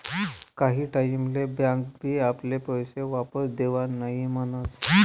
काही टाईम ले बँक बी आपले पैशे वापस देवान नई म्हनस